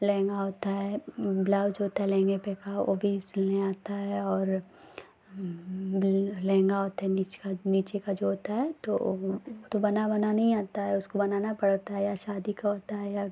लहँगा होता है ब्लाउज़ होता है लहँगा पर का वह भी सिलना आता है और लहँगा होता है नीचे का नीचे का जो होता है तो तो बना बना नहीं आता है उसको बनाना पड़ता है या शादी का होता है या